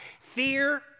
Fear